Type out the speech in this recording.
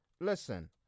listen